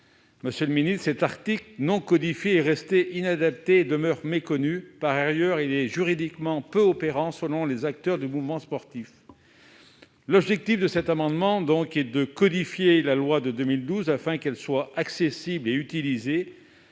monsieur le ministre, cet article non codifié est resté inappliqué et demeure méconnu. Par ailleurs, il est juridiquement peu opérant, selon les acteurs du mouvement sportif. Cet amendement a donc pour objet de codifier la loi de 2012 afin qu'elle soit accessible et utilisée.